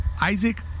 isaac